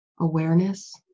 awareness